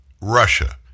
Russia